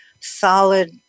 solid